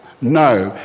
No